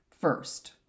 first